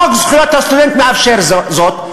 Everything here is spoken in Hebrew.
חוק זכויות הסטודנט מאפשר זאת.